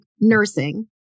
nursing